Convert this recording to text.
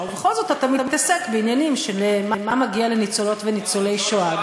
ובכל זאת אתה מתעסק בעניינים של מה מגיע לניצולות וניצולי השואה.